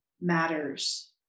matters